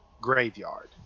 graveyard